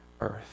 earth